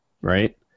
right